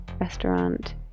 restaurant